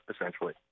essentially